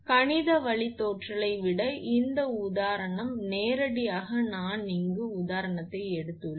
கணித வழித்தோன்றலை விட இந்த உதாரணம் நேரடியாக நான் இந்த உதாரணத்தை எடுத்துள்ளேன்